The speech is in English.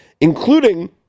including